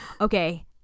okay